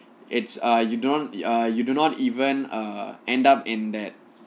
it's err you don't err you do not even err end up in that